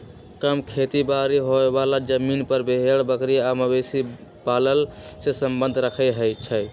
कम खेती बारी होय बला जमिन पर भेड़ बकरी आ मवेशी पालन से सम्बन्ध रखई छइ